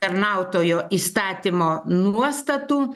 tarnautojo įstatymo nuostatų